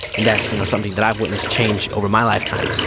and that's you know something that i've witnessed change over my lifetime.